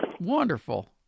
Wonderful